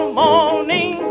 morning